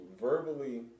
verbally